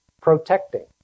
protecting